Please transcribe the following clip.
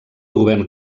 govern